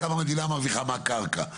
כמה המדינה מרוויחה מהקרקע,